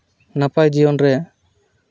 ᱱᱟᱯᱟᱭ ᱡᱤᱭᱚᱱ ᱨᱮ